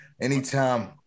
Anytime